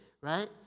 right